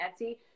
Etsy